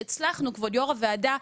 שהצלחנו כבוד יו"ר הוועדה,